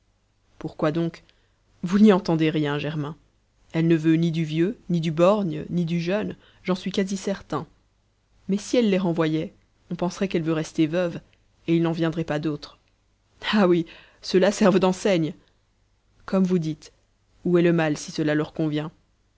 pourquoi donc vous n'y entendez rien germain elle ne veut ni du vieux ni du borgne ni du jeune j'en suis quasi certain mais si elle les renvoyait on penserait qu'elle veut rester veuve et il n'en viendrait pas d'autre ah oui ceux-là servent d'enseigne comme vous dites où est le mal si cela leur convient